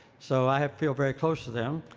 so i have feel very close to them.